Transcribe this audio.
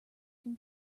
can